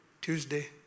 Tuesday